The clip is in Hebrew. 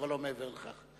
אבל לא מעבר לכך.